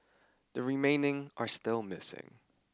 the remaining are still missing